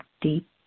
deep